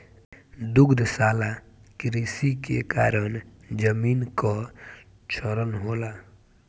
दुग्धशाला कृषि के कारण जमीन कअ क्षरण होला